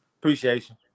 Appreciation